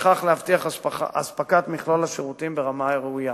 ובכך להבטיח אספקת מכלול השירותים ברמה הראויה.